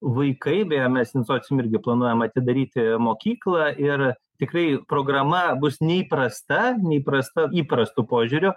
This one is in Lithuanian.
vaikai bijo mes in socium irgi planuojam atidaryti mokyklą ir tikrai programa bus neįprasta neįprasta įprastu požiūriu